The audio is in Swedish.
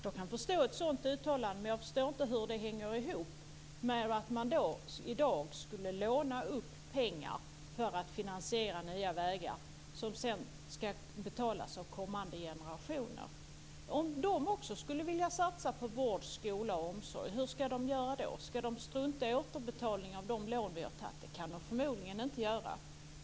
Jag kan förstå ett sådant uttalande, men jag förstår inte hur det hänger ihop med att man i dag skulle låna pengar för att finansiera nya vägar, som sedan ska betalas av kommande generationer. Om de också skulle vilja satsa på vård, skola och omsorg, hur ska de då göra? Ska de strunta i återbetalning av de lån vi har tagit? Det kan de förmodligen inte göra.